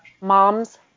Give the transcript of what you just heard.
Moms